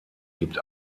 gibt